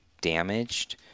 damaged